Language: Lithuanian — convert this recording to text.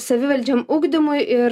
savivaldžiam ugdymui ir